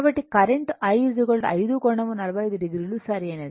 కాబట్టి current i 5 కోణం 45 o సరైనది